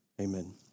amen